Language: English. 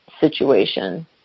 situation